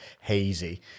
hazy